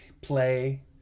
play